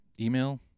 Email